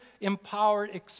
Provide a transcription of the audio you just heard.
empowered